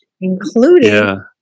Including